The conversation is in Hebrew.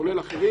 כולל אחרים,